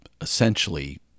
essentially